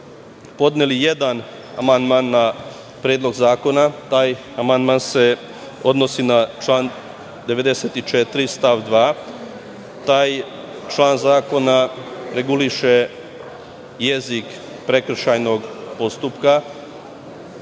podneli jedan amandman na Predlog zakona. Taj amandman se odnosi na član 94. stav 2. Taj član zakona reguliše jezik prekršajnog postupka.